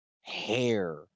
Hair